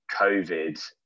COVID